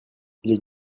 les